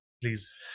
Please